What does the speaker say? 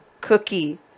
cookie